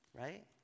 right